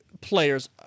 players